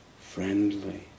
friendly